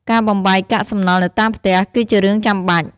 ការបំបែកកាកសំណល់នៅតាមផ្ទះ គឺជារឿងចាំបាច់។